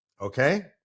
Okay